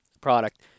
product